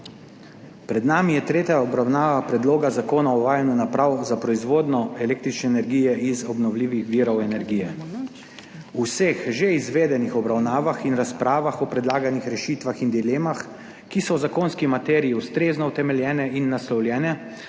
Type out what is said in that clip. Pred nami je tretja obravnava Predloga zakona o uvajanju naprav za proizvodnjo električne energije iz obnovljivih virov energije. V vseh že izvedenih obravnavah in razpravah o predlaganih rešitvah in dilemah, ki so v zakonski materiji ustrezno utemeljene in naslovljene